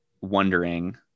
wondering